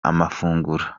amafunguro